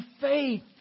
faith